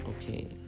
Okay